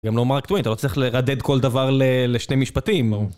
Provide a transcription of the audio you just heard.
גם לא מרק טווין, אתה לא צריך לרדד כל דבר לשני משפטים.